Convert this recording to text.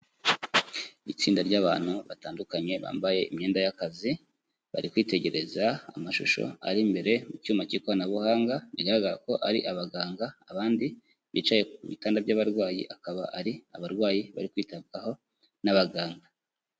Itsinda ry'abantu batandukanye bambaye imyenda y'akazi, bari kwitegereza amashusho ari imbere mu cyuma k'ikoranabuhanga bigaragara ko ari abaganga, abandi bicaye ku bitanda by'abarwayi akaba ari abarwayi bari kwitabwaho n'abaganga.